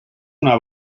una